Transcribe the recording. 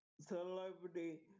celebrity